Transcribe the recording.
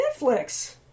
Netflix